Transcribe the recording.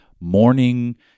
Morning